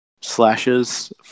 slashes